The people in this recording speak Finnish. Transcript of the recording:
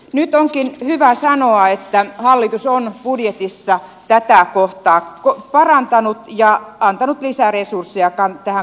nyt onkin hyvä sanoa että hallitus on budjetissa tätä kohtaa parantanut ja antanut lisäresursseja tähän kansalaisjärjestötyöhön